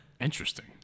interesting